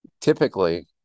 typically